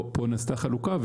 פה נעשתה חלוקה,